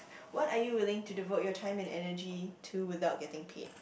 what are you willing to devote your time and energy to without getting paid